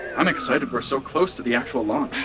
i'm excited we're so close to the actual launch!